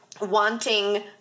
wanting